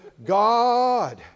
God